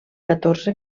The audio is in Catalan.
catorze